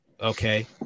okay